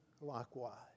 likewise